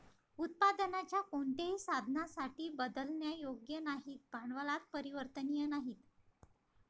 उत्पादनाच्या कोणत्याही साधनासाठी बदलण्यायोग्य नाहीत, भांडवलात परिवर्तनीय नाहीत